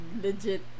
Legit